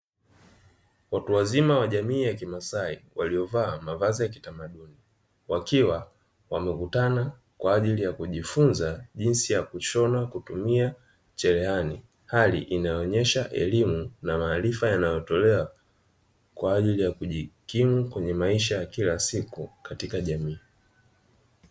Watu wazima wa jamii ya kimasai, waliovaa mavazi ya kitamaduni; wakiwa wamekutana kwa ajili ya kujifunza jinsi ya kushona, kutumia cherehani, hali inayoonesha elimu na maarifa yanayotolewa kwa ajili ya kujikimu kwenye maisha ya kila siku katika jamii.